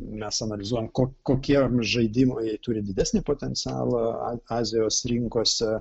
mes analizuojam ko kokie žaidimai turi didesnį potencialą a azijos rinkose